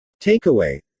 Takeaway